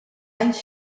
anys